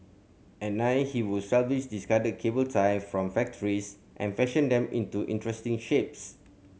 at nine he would salvage discarded cable tie from factories and fashion them into interesting shapes